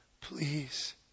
Please